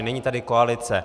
Není tady koalice.